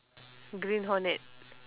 green hornet